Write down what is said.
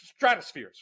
stratospheres